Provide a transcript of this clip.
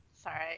Sorry